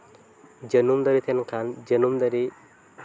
ᱡᱟᱹᱱᱩᱢ ᱫᱟᱨᱮ ᱛᱟᱦᱮᱱ ᱠᱷᱟᱱ ᱡᱟᱹᱱᱩᱢ ᱫᱟᱨᱮ